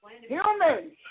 humans